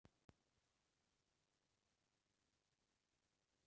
QR code काला कहिथे?